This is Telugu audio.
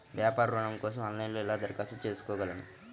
వ్యాపార ఋణం కోసం ఆన్లైన్లో ఎలా దరఖాస్తు చేసుకోగలను?